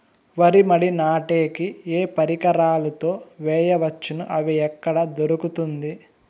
వరి మడి నాటే కి ఏ పరికరాలు తో వేయవచ్చును అవి ఎక్కడ దొరుకుతుంది?